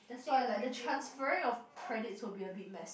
that's why like the transferring of credits will be a bit messy